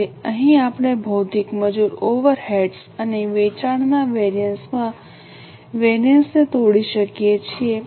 તેથી અહીં આપણે ભૌતિક મજૂર ઓવરહેડ્સ અને વેચાણના વેરિએન્સ માં વેરિએન્સ ને તોડી શકીએ છીએ